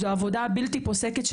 זו עבודה בלתי פוסקת,